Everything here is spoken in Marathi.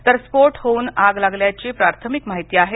तर स्फोट होऊन आग लागल्याची प्राथमिक माहिती आहे